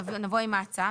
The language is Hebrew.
נבוא עם ההצעה.